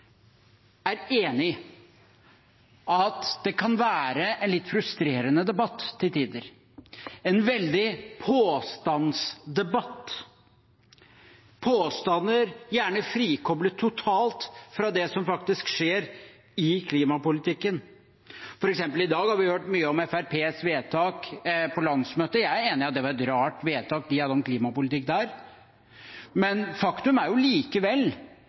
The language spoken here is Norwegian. Jeg tror alle som har vært en del av klimadebatten, er enig i at det kan være en litt frustrerende debatt til tider – en veldig påstandsdebatt, med påstander gjerne frikoblet totalt fra det som faktisk skjer i klimapolitikken. I dag har vi f.eks. hørt mye om Fremskrittspartiets vedtak på landsmøtet. Jeg er enig i at det var et rart vedtak de hadde om klimapolitikken der, men faktum er